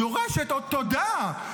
דורשת עוד תודה,